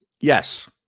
Yes